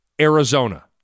Arizona